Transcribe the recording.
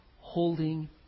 holding